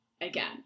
again